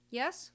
yes